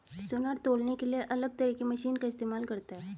सुनार तौलने के लिए अलग तरह की मशीन का इस्तेमाल करता है